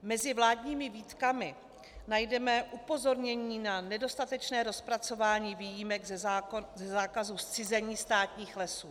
Mezi vládními výtkami najdeme upozornění na nedostatečné rozpracování výjimek ze zákazu zcizení státních lesů.